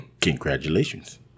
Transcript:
Congratulations